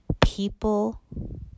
people